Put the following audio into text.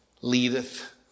leadeth